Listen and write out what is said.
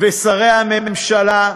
ושרי הממשלה,